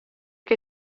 que